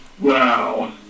wow